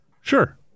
Sure